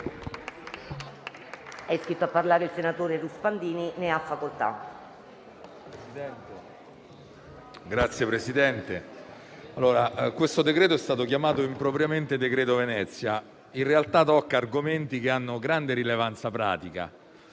Signor Presidente, questo decreto-legge è stato chiamato impropriamente "decreto Venezia". Esso in realtà tocca argomenti che hanno grande rilevanza pratica: